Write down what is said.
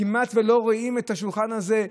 כמעט שלא רואים את השולחן הזה?